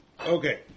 Okay